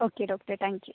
okay doctor thank you